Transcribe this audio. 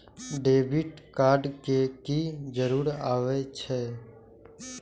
Debit card के की जरूर आवे छै?